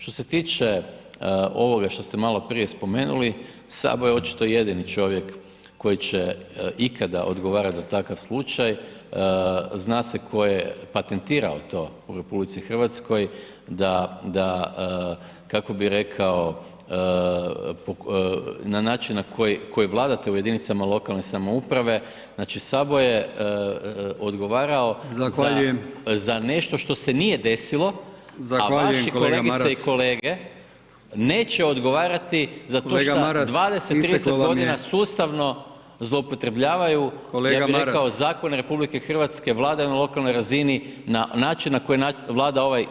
Što se tiče ovoga što ste maloprije spomenuli, Sabo je očito jedino čovjek koji će ikada odgovarat za takav slučaj, zna se tko je patentirao to u RH da kako bi rekao, na način na koji vladate u jedinicama lokalne samouprave, znači Sabo je odgovarao za nešto što se nije desilo a vaše kolegice i kolege neće odgovarati [[Upadica Brkić: Kolega Maras, isteklo vam je.]] zato šta 20 g. sustavno zloupotrebljavaju [[Upadica Brkić: Kolega Maras.]] ja bi rekao zakone RH, vladanje na lokalnoj razini, na način na koji vlada ovaj